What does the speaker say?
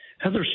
Heather